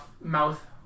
mouth